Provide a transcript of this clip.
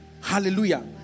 Hallelujah